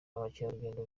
abakerarugendo